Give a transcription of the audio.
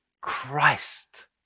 Christ